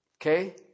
Okay